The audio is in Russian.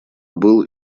был